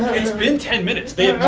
it's been ten minutes, they